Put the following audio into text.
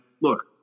look